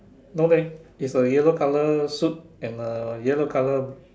no leh is a yellow color suit and a yellow color